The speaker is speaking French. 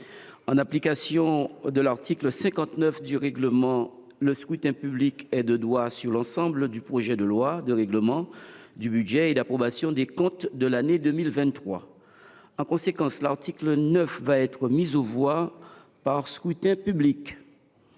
en application de l’article 59 du règlement, le scrutin public est de droit sur l’ensemble du projet de loi relative aux résultats de la gestion et portant approbation des comptes de l’année 2023. En conséquence, l’article 9 va être mis aux voix par scrutin public.